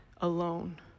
alone